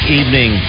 evening